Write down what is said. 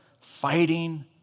fighting